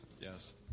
Yes